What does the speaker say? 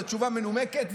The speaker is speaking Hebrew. זו תשובה מנומקת,